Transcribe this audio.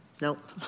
Nope